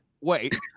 wait